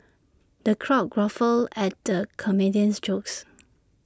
the crowd guffawed at the comedian's jokes